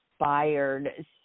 inspired